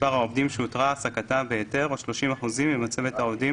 מספר העובדים שהותרה העסקתם בהיתר או 30 אחוזים ממצבת העובדים,